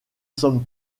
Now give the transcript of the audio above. sommes